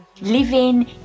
Living